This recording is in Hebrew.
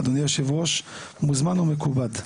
אדוני היושב-ראש מוזמן ומכובד.